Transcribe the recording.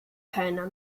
keiner